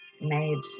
made